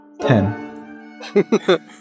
Ten